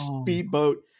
speedboat